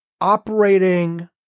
operating